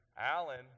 Alan